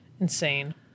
insane